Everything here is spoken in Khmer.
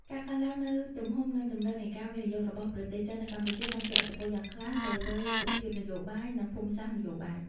ការកើនឡើងនូវទំហំ និងជម្រៅនៃការវិនិយោគរបស់ប្រទេសចិននៅកម្ពុជា បានជះឥទ្ធិពលយ៉ាងខ្លាំងទៅលើទិដ្ឋភាពនយោបាយ និងភូមិសាស្ត្រនយោបាយ។